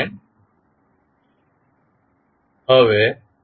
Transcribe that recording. Now first we need to find out the value of sI A